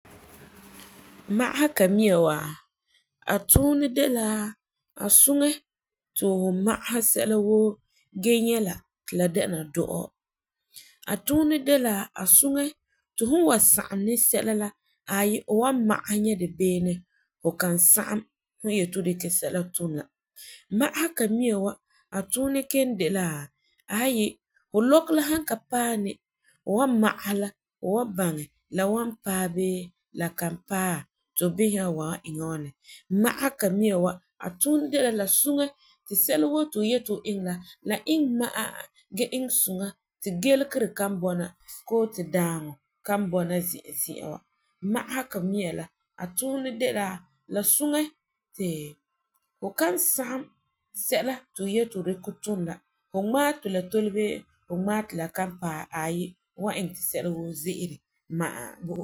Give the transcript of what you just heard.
Ma'asega mia wa, a tuunɛ de la a suŋɛ fu to fu magesɛ sɛla woo gee nyɛ la ti la dɛna dɔ'ɔ,a tuunɛ de la a suŋɛ ti la fum n wan sagum ni sɛla la ayi, fu wan magesɛ nyɛ di beene fu kan sagum fu yeti fu dikɛ sɛla tum la. Ma'asega mia wa a tuunɛ kelum de la ayi, fu lɔkɔ san ka paɛ ni fu wan magesɛ la, fu wan baŋɛ la wan paɛ bee la kan paɛ ti fu bisɛ nyaa fu wan iŋɛ la ŋwani. Ma'asega mia wa a tuunɛ de la suŋɛ ti sɛla woo ti fu yeti fu iŋɛ la, la iŋɛ ma'a gee iŋɛ suŋa ti gelegere kan bɔna koo ti dãaŋɔ kan bɔna zi'a, zi'a wa. Ma'asega mia la a tuunɛ de la suŋɛ ti fu kan sagum sɛla to fu yeti fu dikɛ tum la fu ŋma'ɛ ti la role bii fu ŋma'ɛ ti la kan paɛ ayi, fu wan iŋɛ ti sɛla woo ze'ele ma'a bo fu.